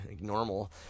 normal